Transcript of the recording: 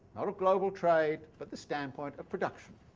not of global trade, but the standpoint of production.